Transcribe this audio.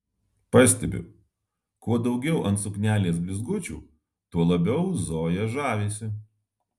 pastebiu kuo daugiau ant suknelės blizgučių tuo labiau zoja žavisi